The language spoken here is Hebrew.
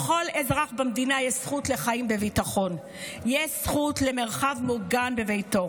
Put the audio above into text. לכל אזרח במדינה יש זכות לחיים בביטחון ויש זכות למרחב מוגן בביתו.